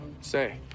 Say